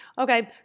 Okay